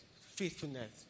faithfulness